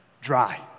dry